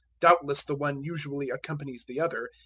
doubtless the one usually accompanies the other,